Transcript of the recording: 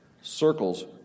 circles